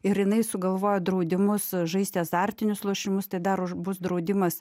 ir jinai sugalvojo draudimus žaisti azartinius lošimus tai dar už bus draudimas